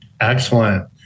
Excellent